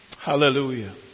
Hallelujah